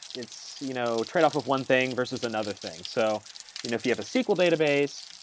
it's you know trade off of one thing versus another thing. so if you have a sql database,